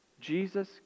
Jesus